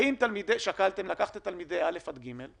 האם שקלתם לקחת את תלמידי א' עד ג',